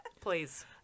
Please